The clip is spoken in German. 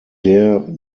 der